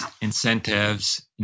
incentives